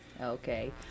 Okay